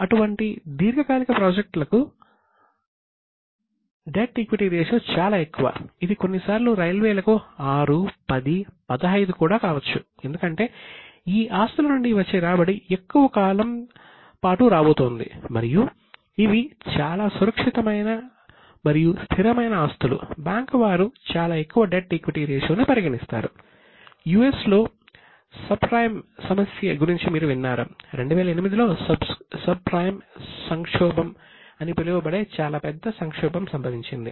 అటువంటి దీర్ఘకాలిక ప్రాజెక్టులకు డెట్ ఈక్విటీ రేషియో అని పిలువబడే చాలా పెద్ద సంక్షోభం సంభవించింది